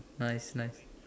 nice nice